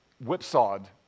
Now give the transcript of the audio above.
whipsawed